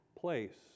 place